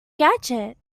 gadget